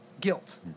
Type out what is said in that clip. guilt